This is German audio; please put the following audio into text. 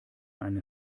eine